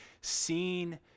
seen